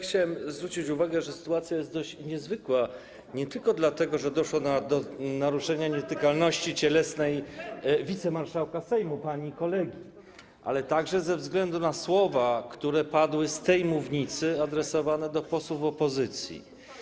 Chciałem zwrócić uwagę, że sytuacja jest dość niezwykła nie tylko dlatego, że doszło do naruszenia nietykalności cielesnej wicemarszałka Sejmu, pani kolegi, ale także ze względu na słowa, które padły z tej mównicy, adresowane do posłów opozycji.